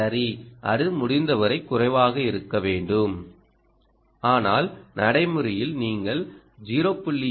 சரி அது முடிந்தவரை குறைவாக இருக்க வேண்டும் ஆனால் நடைமுறையில் நீங்கள் 0